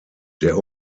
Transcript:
der